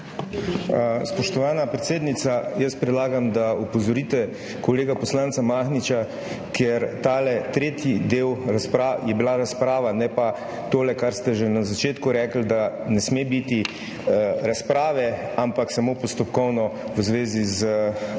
Spoštovana predsednica, jaz predlagam, da opozorite kolega poslanca Mahniča, ker tale tretji del je bila razprava, ne pa tole, kar ste že na začetku rekli, da ne sme biti razprave, ampak samo postopkovno v zvezi z razpravo